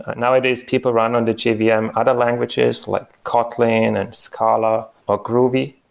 nowadays, people run on the jvm yeah um other languages, like kotlin, and scala, or groovy.